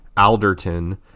Alderton